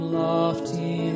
lofty